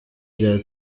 rya